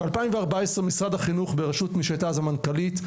ב-2014 משרד החינוך בראשות מי שהייתה אז המנכ"לית,